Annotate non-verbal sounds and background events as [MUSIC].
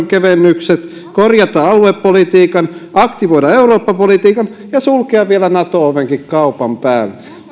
[UNINTELLIGIBLE] kevennykset korjata aluepolitiikan aktivoida eurooppa politiikan ja sulkea vielä nato ovenkin kaupan päälle